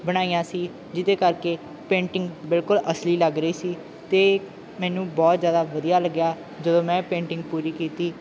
ਬਣਾਈਆਂ ਸੀ ਜਿਹਦੇ ਕਰਕੇ ਪੇਂਟਿੰਗ ਬਿਲਕੁਲ ਅਸਲੀ ਲੱਗ ਰਹੀ ਸੀ ਅਤੇ ਮੈਨੂੰ ਬਹੁਤ ਜ਼ਿਆਦਾ ਵਧੀਆ ਲੱਗਿਆ ਜਦੋਂ ਮੈਂ ਪੇਂਟਿੰਗ ਪੂਰੀ ਕੀਤੀ